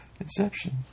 Inception